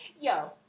Yo